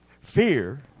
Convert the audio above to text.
Fear